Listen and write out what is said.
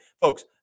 Folks